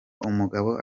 umugabo